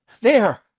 There